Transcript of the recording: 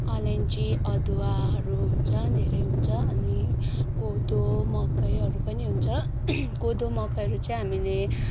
अलैँची अदुवाहरू हुन्छ धेरै हुन्छ कोदो मकैहरू पनि हुन्छ कोदो मकैहरू चाहिँ हामीले